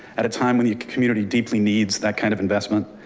at a time when the community deeply needs that kind of investment,